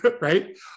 Right